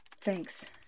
Thanks